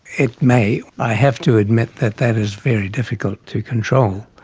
it may. i have to admit that that is very difficult to control.